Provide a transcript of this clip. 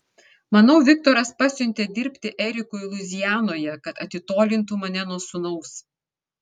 manau viktoras pasiuntė dirbti erikui luizianoje kad atitolintų mane nuo sūnaus